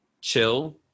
chill